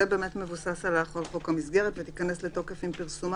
וגם את היכולת להשמיע את דברייך לגבי פעולות שהולכים לעשות בעיר שלך.